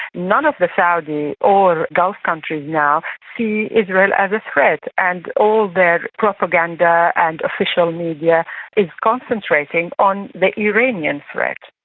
none of the saudi or gulf countries now see israel as a threat and all their propaganda and official media is concentrating on the iranian threat.